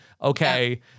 Okay